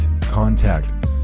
contact